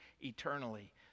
eternally